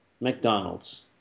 McDonald's